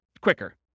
quicker